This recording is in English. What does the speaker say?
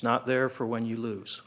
not there for when you lose